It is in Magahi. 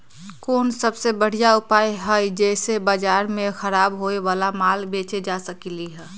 कोन सबसे बढ़िया उपाय हई जे से बाजार में खराब होये वाला माल बेचल जा सकली ह?